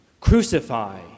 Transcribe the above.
Crucify